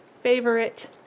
favorite